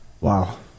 Wow